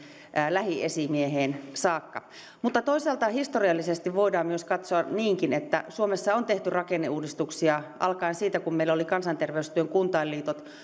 lähiesimieheen saakka mutta toisaalta historiallisesti voidaan katsoa niinkin että suomessa on tehty rakenneuudistuksia alkaen siitä kun meillä oli kansanterveystyön kuntainliitot